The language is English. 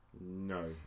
No